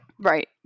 right